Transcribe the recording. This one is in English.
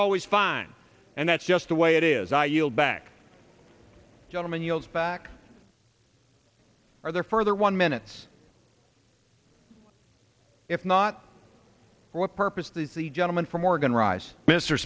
always find and that's just the way it is i yield back gentleman yells back or their further one minutes if not for what purpose these the gentleman from oregon rise mr